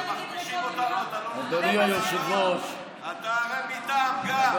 כשמכפישים אותנו אתה לא, אתה הרי איתם גם.